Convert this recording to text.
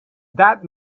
that